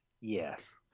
Yes